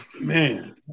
Man